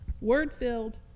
word-filled